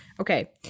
Okay